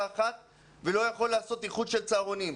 אחת ולא יכול לעשות איחוד של צהרונים?